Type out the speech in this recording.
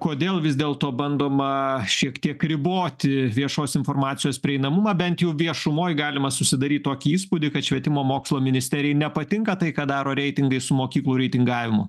kodėl vis dėlto bandoma šiek tiek riboti viešos informacijos prieinamumą bent jau viešumoj galima susidaryt tokį įspūdį kad švietimo mokslo ministerijai nepatinka tai ką daro reitingai su mokyklų reitingavimu